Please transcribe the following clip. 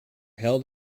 held